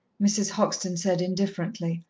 mrs. hoxton said indifferently,